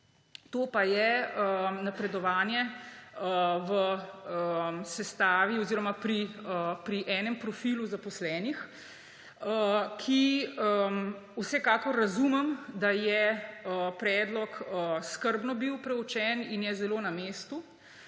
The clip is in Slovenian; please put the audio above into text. To pa je napredovanje v sestavi oziroma pri enem profilu zaposlenih. Vsekakor razumem, da je bil predlog skrbno preučen in je zelo na mestu,